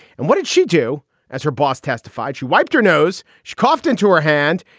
and what did she do as her boss testified? she wiped her nose. she coughed into her hand.